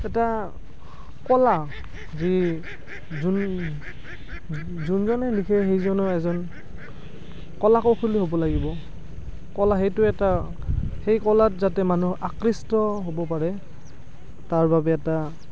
এটা কলা যি যোন যোনজনে লিখে সেইজনো এজন কলা কৌশলী হ'ব লাগিব কলা সেইটো এটা সেই কলাত যাতে মানুহ আকৃষ্ট হ'ব পাৰে তাৰ বাবে এটা